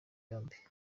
yombi